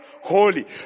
holy